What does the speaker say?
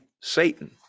satan